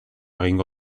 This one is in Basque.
egingo